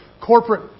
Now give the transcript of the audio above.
corporate